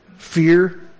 Fear